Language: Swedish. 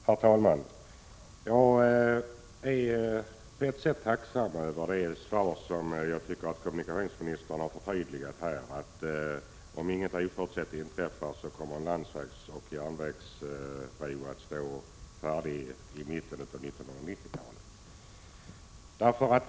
Herr talman! Jag är på sätt och vis tacksam för det svar som jag tycker att kommunikationsministern har förtydligat här, nämligen att om inget oförutsett inträffar kommer en landsvägsoch järnvägsbro att stå färdig i mitten av 1990-talet.